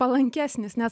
palankesnis nes